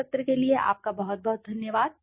इस सत्र के लिए आपका बहुत बहुत धन्यवाद